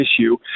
issue